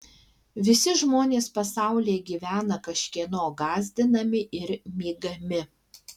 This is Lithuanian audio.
visi žmonės pasaulyje gyvena kažkieno gąsdinami ir mygami